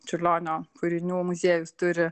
čiurlionio kūrinių muziejus turi